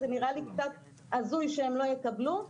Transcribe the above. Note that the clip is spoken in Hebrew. זה נראה לי קצת הזוי שהם לא יקבלו,